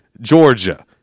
Georgia